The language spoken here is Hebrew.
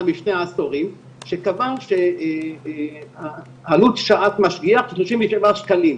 משני עשורים שקבע שעלות שעת משגיח היא 37 שקלים.